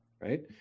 right